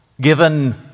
given